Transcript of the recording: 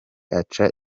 aca